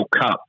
Cup